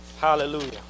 Hallelujah